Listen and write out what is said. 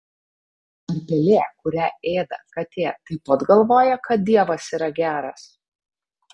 ar pelė kurią ėda katė taip pat galvoja kad dievas yra geras